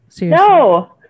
No